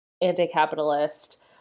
anti-capitalist